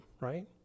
right